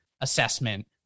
assessment